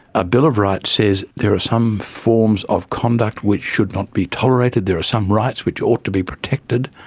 a bill of rights says there are some forms of conduct which should not be tolerated, there are some rights which ought to be protected,